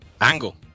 angle